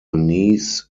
niece